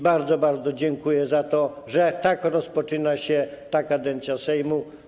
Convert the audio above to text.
Bardzo, bardzo dziękuję za to, że tak rozpoczyna się ta kadencja Sejmu.